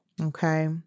Okay